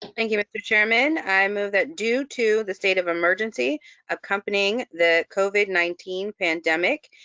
thank you, mr. chairman. i move that, due to the state of emergency accompanying the covid nineteen pandemic,